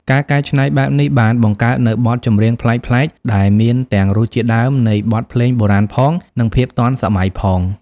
ការកែច្នៃបែបនេះបានបង្កើតនូវបទចម្រៀងប្លែកៗដែលមានទាំងរសជាតិដើមនៃបទភ្លេងបុរាណផងនិងភាពទាន់សម័យផង។